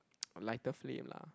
lighter flame lah